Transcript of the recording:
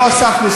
לא הוספנו,